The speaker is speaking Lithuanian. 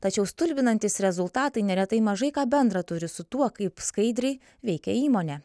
tačiau stulbinantys rezultatai neretai mažai ką bendra turi su tuo kaip skaidriai veikia įmonė